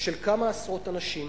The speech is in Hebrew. של כמה עשרות אנשים